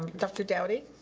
dr. dowdy.